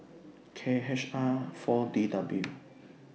K H R four D W